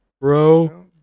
bro